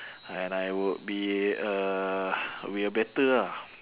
and I would be uh will better ah